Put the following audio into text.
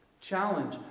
Challenge